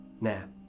nap